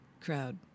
crowd